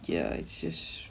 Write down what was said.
ya it's just